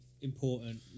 important